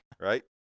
right